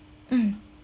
mm